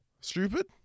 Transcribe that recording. Stupid